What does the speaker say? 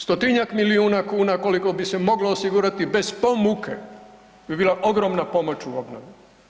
Stotinjak milijuna kuna koliko bi se moglo osigurati bez po muke bi bila ogromna pomoć u obnovi.